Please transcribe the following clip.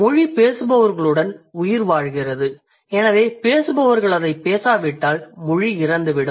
மொழி பேசுபவர்களுடன் உயிர்வாழ்கிறது எனவே பேசுபவர்கள் அதைப் பேசாவிட்டால் மொழி இறந்துவிடும்